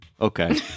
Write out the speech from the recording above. Okay